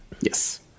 yes